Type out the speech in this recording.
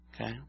Okay